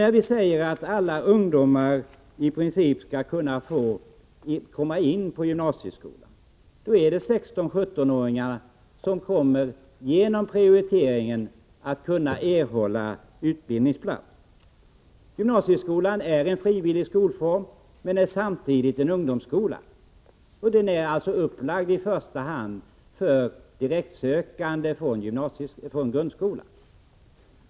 När vi säger att i princip alla ungdomar skall kunna komma in på gymnasieskolan, då är det 16-17-åringarna som genom prioriteringen kommer att kunna erhålla utbildningsplats. Gymnasieskolan är en frivillig skolform, men den är samtidigt en ungdomsskola. Den är alltså upplagd i första hand för direktsökande från grundskolan.